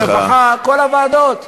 חינוך, רווחה, כל הוועדות.